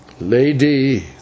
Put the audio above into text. Lady